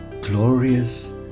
glorious